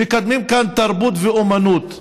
מקדמים כאן תרבות ואומנות.